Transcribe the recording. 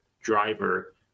driver